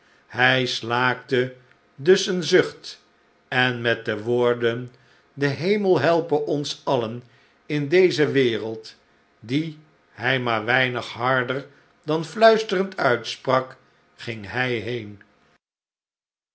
hi slaakte dus een zucht en met de woorden de hemel helpe ons alien in deze wereld die hij maar weinig harder dan fluisterend uitsprak ging hij heen